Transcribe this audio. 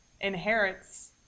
inherits